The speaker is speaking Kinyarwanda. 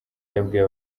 yabwiye